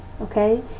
Okay